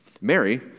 Mary